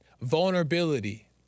vulnerability